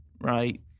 right